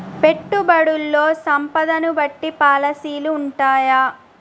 పెట్టుబడుల్లో సంపదను బట్టి పాలసీలు ఉంటయా?